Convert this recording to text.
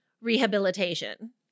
rehabilitation